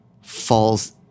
falls